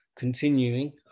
Continuing